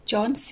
John